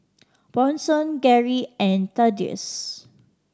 Bronson Garry and Thaddeus